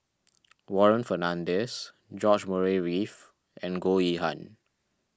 Warren Fernandez George Murray Reith and Goh Yihan